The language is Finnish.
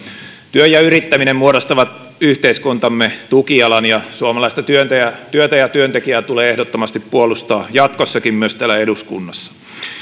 työ ja yrittäminen muodostavat yhteiskuntamme tukijalan ja suomalaista työtä ja työtä ja työntekijää tulee ehdottomasti puolustaa jatkossakin myös täällä eduskunnassa